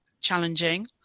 challenging